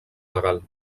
legal